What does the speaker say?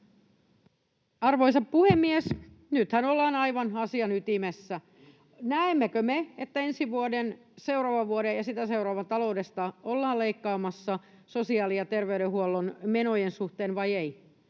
Arvoisa puhemies! Nythän ollaan aivan asian ytimessä. [Eduskunnasta: Just!] Näemmekö me, että ensi vuoden, seuraavan vuoden ja sitä seuraavan taloudesta ollaan leikkaamassa sosiaali- ja terveydenhuollon menojen suhteen vai ei?